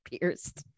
pierced